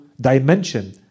dimension